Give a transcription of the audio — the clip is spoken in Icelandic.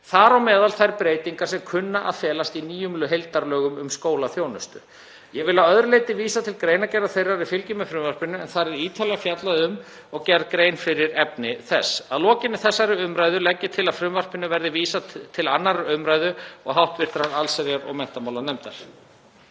þar á meðal þær breytingar sem kunna að felast í nýjum heildarlögum um skólaþjónustu. Ég vil að öðru leyti vísa til greinargerðar þeirrar er fylgir með frumvarpinu en þar er ítarlega fjallað um og gerð grein fyrir efni þess. Að lokinni þessari umræðu legg ég til að frumvarpinu verði vísað til 2. umræðu og hv. allsherjar- og menntamálanefndar.